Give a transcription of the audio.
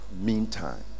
Meantime